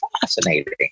fascinating